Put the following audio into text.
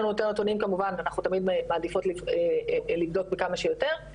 לנו יותר נתונים כמובן אנחנו תמיד מעדיפות לבדוק כמה שיותר.